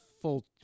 full